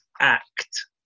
ACT